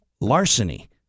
Larceny